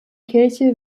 kirche